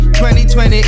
2020